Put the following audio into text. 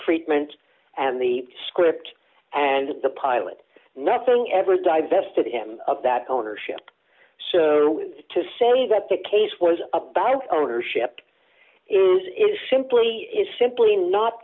treatment and the script and the pilot nothing ever divested him of that ownership so to say that the case was about ownership is simply is simply not